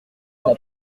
n’a